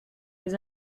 les